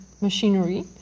machinery